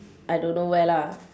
I don't know where lah